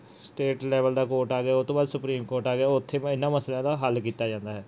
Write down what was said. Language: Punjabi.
ਸਟੇਟ ਲੈਵਲ ਦਾ ਕੋਰਟ ਆ ਗਿਆ ਉਹ ਤੋਂ ਬਾਅਦ ਸੁਪਰੀਮ ਕੋਰਟ ਆ ਗਿਆ ਉੱਥੇ ਇਹਨਾਂ ਮਸਲਿਆਂ ਦਾ ਹੱਲ ਕੀਤਾ ਜਾਂਦਾ ਹੈ